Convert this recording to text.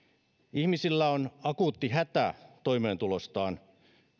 ihmisillä on akuutti hätä toimeentulostaan